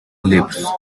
lifts